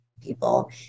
people